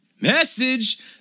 Message